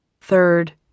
third